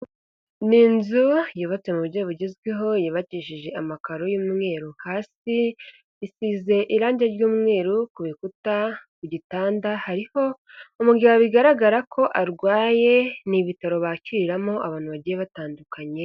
Ni inzu yubatse mu buryo bugezweho, yubakishije amakaro y'umweru hasi, isize irange ry'umweru ku bikuta, ku gitanda hariho umugabo bigaragara ko arwaye, ni ibitaro bakiriramo abantu bagiye batandukanye.